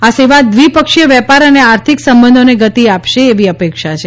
આ સેવા દ્વિપક્ષીય વેપાર અને આર્થિક સંબંધોને ગતિ આપશેએવી અપેક્ષા છે